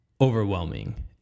overwhelming